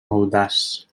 audaç